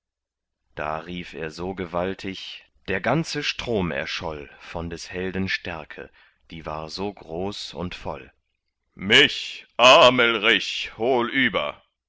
da rief er so gewaltig der ganze strom erscholl von des helden stärke die war so groß und voll mich amelrich hol über